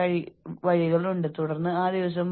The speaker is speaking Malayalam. പ്രത്യേകിച്ചും അവർ വൈകാരികമായി സെൻസിറ്റീവ് ആണെങ്കിൽ